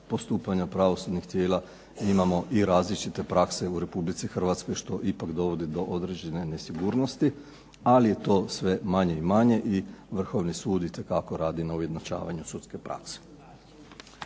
postupanja pravosudnih tijela imamo i različite prakse u Republici Hrvatskoj, što ipak dovodi do određene nesigurnosti, ali je to sve manje i manje, i Vrhovni sud itekako radi na ujednačavanju sudske prakse.